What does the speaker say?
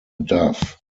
dove